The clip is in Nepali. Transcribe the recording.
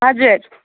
हजुर